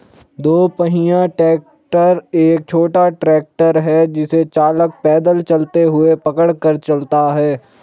दो पहिया ट्रैक्टर एक छोटा ट्रैक्टर है जिसे चालक पैदल चलते हुए पकड़ कर चलाता है